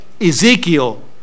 Ezekiel